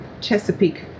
Chesapeake